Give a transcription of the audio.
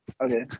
Okay